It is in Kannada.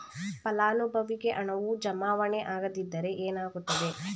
ಫಲಾನುಭವಿಗೆ ಹಣವು ಜಮಾವಣೆ ಆಗದಿದ್ದರೆ ಏನಾಗುತ್ತದೆ?